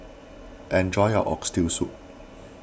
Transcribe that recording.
enjoy your Oxtail Soup